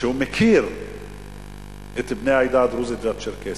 שמכיר את בני העדה הדרוזית והצ'רקסית.